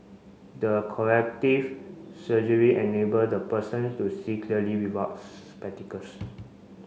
the corrective surgery enable the person to see clearly without spectacles